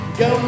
go